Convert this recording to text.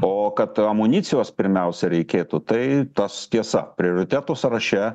o kad amunicijos pirmiausia reikėtų tai tas tiesa prioritetų sąraše